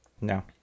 No